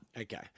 Okay